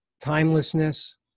timelessness